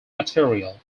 material